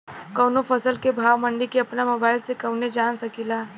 कवनो फसल के भाव मंडी के अपना मोबाइल से कइसे जान सकीला?